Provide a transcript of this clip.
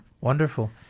Wonderful